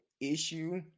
issue